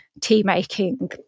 tea-making